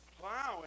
plowing